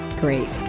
great